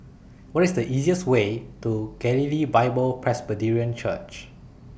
What IS The easiest Way to Galilee Bible Presbyterian Church